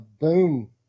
boom